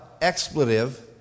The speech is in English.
expletive